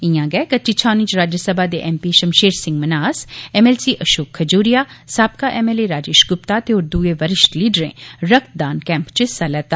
इआं गै कच्ची छावनी च राज्यसभा दे एमपी शमशेर सिंह मन्हास एमएलसी अशोक खजूरिया साबका एमएलए राजेश गुप्ता ते होर दुए वरिष्ठ लीडरें रक्तदान कैंप च हिससा लैता